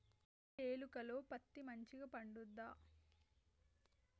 చేలుక లో పత్తి మంచిగా పండుద్దా?